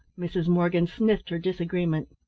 mrs. morgan sniffed her disagreement.